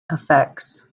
effects